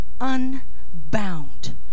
unbound